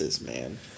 man